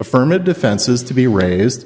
affirmative defenses to be raised